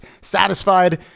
satisfied